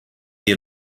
you